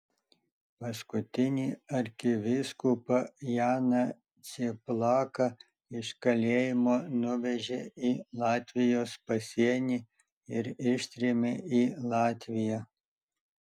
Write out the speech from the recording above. paskutinį arkivyskupą janą cieplaką iš kalėjimo nuvežė į latvijos pasienį ir ištrėmė į latviją